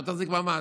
לא תחזיק מעמד.